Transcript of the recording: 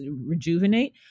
rejuvenate